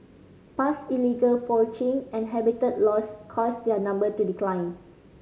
past illegal poaching and habitat loss caused their number to decline